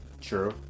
True